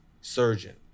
surgeon